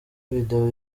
video